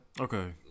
Okay